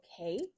okay